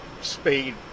speed